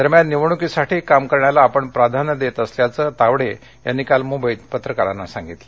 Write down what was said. दरम्यान निवडणुकीसाठी काम करण्याला आपण प्राधान्य देत असल्याचं विनोद तावडे यांनी काल मुंबईत पत्रकारांशी बोलताना सांगितलं